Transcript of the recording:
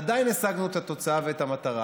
עדיין השגנו את התוצאה ואת המטרה.